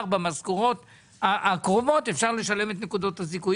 במשכורות הקרובות את נקודות הזיכוי.